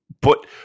put